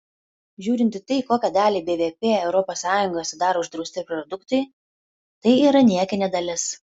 žiūrint į tai kokią dalį bvp europos sąjungoje sudaro uždrausti produktai tai yra niekinė dalis